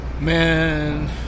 Man